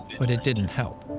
but it didn't help.